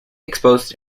exposed